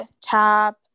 TAP